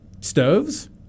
stoves